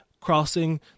crossing